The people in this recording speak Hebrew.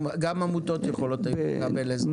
גם עמותות היו יכולות לקבל עזרה.